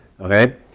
Okay